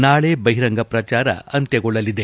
ನಾಳೆ ಬಹಿರಂಗ ಪ್ರಚಾರ ಅಂತ್ವಗೊಳ್ಳಲಿದೆ